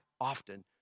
often